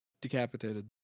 decapitated